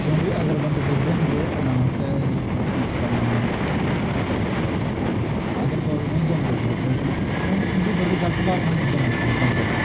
क्योंकि बंदे पुच्छदे निं जे केह् कुत्थें क्या नाम ऐ जां केह् अगर तुस जम्मू कश्मीर दे न उं'दी थोड़ी गल्त भावन होंदी जम्मू कश्मीर बंदैं कन्नै